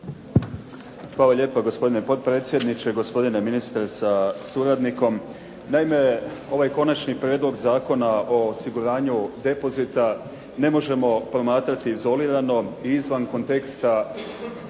Hvala lijepa gospodine potpredsjedniče, gospodine ministre sa suradnikom. Naime, ovaj Konačni prijedlog zakona o osiguranju depozita ne možemo promatrati izolirano i izvan konteksta